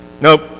nope